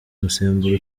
umusemburo